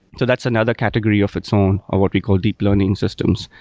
so that's another category of its own or what we call deep learning systems.